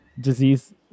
disease